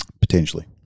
Potentially